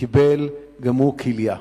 קיבל גם הוא כליה.